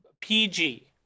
PG